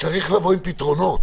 צריך לבוא עם פתרונות.